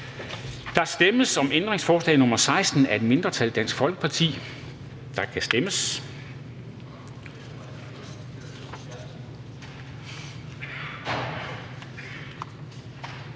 Der stemmes om ændringsforslag nr. 16 af et mindretal (DF), og der kan stemmes.